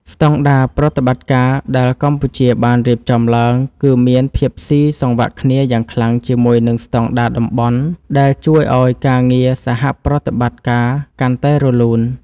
ស្តង់ដារប្រតិបត្តិការដែលកម្ពុជាបានរៀបចំឡើង គឺមានភាពស៊ីសង្វាក់គ្នាយ៉ាងខ្លាំងជាមួយនឹងស្តង់ដារតំបន់ ដែលជួយឱ្យការងារសហប្រតិបត្តិការកាន់តែរលូន។